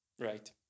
right